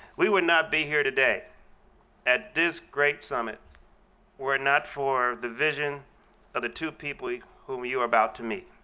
we would not be here today at this great summit were it not for the vision of the two people whom you are about to meet.